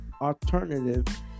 alternative